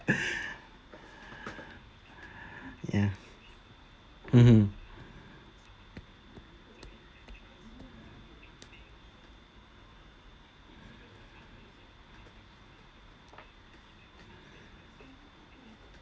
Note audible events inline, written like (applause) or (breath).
(breath) ya mmhmm